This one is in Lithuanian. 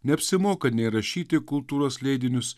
neapsimoka nei rašyti į kultūros leidinius